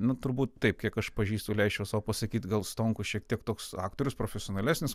na turbūt taip kiek aš pažįstu leisčiau sau pasakyt gal stonkų šiek tiek toks aktorius profesionalesnis